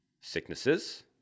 sicknesses